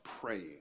praying